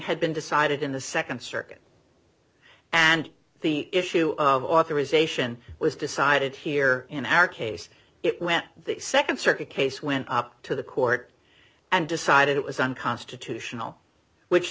had been decided in the nd circuit and the issue of authorization was decided here in our case it meant the nd circuit case went to the court and decided it was unconstitutional which